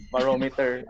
Barometer